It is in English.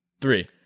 three